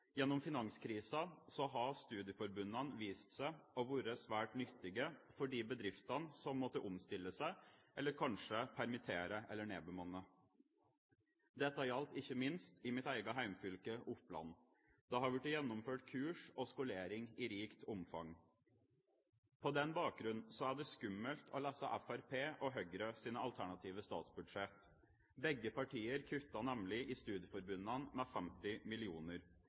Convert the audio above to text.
gjennom finanskrisen har studieforbundene vist seg å være svært nyttige for de bedriftene som måtte omstille seg eller kanskje permittere eller nedbemanne. Dette gjaldt ikke minst i mitt eget hjemfylke, Oppland. Det har vært gjennomført kurs og skolering i rikt omfang. På den bakgrunn er det skummelt å lese Fremskrittspartiets og Høyres alternative statsbudsjett. Begge partier kutter nemlig i studieforbundene med 50